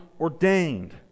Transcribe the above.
ordained